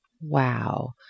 Wow